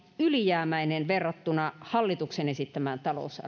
ylijäämäinen verrattuna hallituksen esittämään